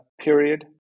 period